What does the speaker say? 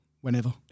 whenever